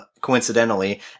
coincidentally